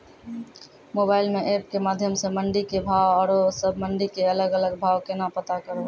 Mobile म app के माध्यम सऽ मंडी के भाव औरो सब मंडी के अलग अलग भाव केना पता करबै?